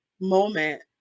moment